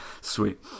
sweet